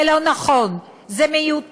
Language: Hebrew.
זה לא נכון, זה מיותר.